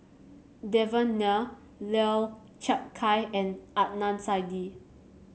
Devan Nair Lau Chiap Khai and Adnan Saidi